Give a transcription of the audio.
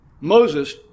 Moses